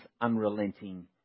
unrelenting